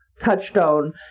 touchstone